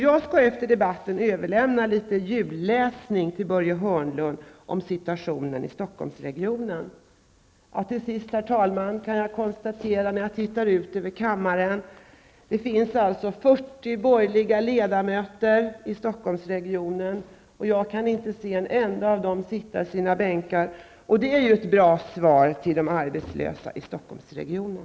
Jag skall efter debatten överlämna litet julläsning till Börje Hörnlund om situationen i Till sist, herr talman, kan jag konstatera att det finns 40 borgerliga ledamöter från Stockholmsregionen. När jag tittar ut över kammaren kan jag inte se en enda av dem sitta i sina bänkar. Det är ju ett bra svar till de arbetslösa i Stockholmsregionen.